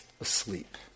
asleep